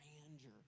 grandeur